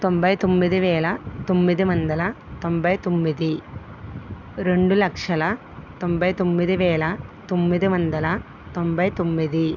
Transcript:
తొంభై తొమ్మిది వేల తొమ్మిది వందల తొంభై తొమ్మిది రెండు లక్షల తొంభై తొమ్మిది వేల తొమ్మిది వందల తొంభై తొమ్మిది